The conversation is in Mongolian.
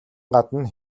гадна